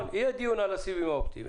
יהיה דיון על הסיבים האופטיים,